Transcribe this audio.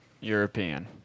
European